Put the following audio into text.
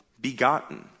begotten